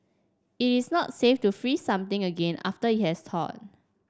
it is not safe to freeze something again after it has thawed